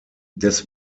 des